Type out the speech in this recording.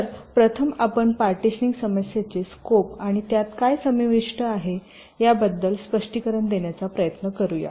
तर प्रथम आपण पार्टीशनिंग समस्येचे स्कोप आणि त्यात काय समाविष्ट आहे याबद्दल स्पष्टीकरण देण्याचा प्रयत्न करूया